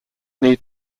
need